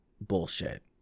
bullshit